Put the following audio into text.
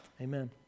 Amen